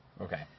Okay